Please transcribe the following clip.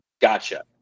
gotcha